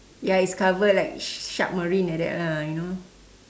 ya it's cover like shark marine like that lah you know